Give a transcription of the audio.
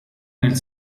nel